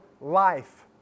life